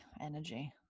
energy